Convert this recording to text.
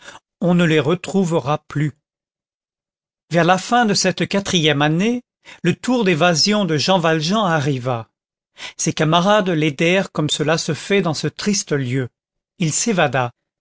on ne les retrouvera plus vers la fin de cette quatrième année le tour d'évasion de jean valjean arriva ses camarades l'aidèrent comme cela se fait dans ce triste lieu il s'évada